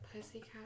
Pussycat